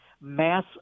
mass